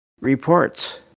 reports